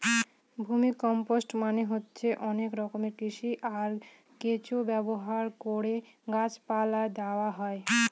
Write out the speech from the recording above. vermicompost মানে হচ্ছে অনেক রকমের কৃমি, আর কেঁচো ব্যবহার করে গাছ পালায় দেওয়া হয়